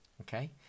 Okay